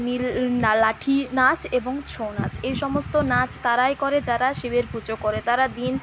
নীল লা লাঠির নাচ এবং ছৌ নাচ এই সমস্ত নাচ তারাই করে যারা শিবের পুজো করে তারা দিন